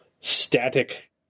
static